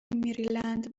مریلند